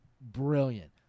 brilliant